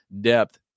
depth